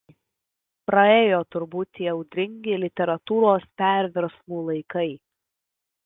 praėjo turbūt tie audringi literatūros perversmų laikai